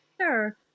sure